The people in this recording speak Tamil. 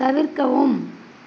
தவிர்க்கவும்